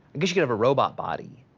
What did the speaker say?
guess you could have a robot body.